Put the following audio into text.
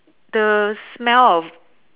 the smell of